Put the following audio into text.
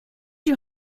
you